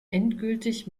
endgültig